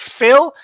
Phil